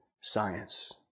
science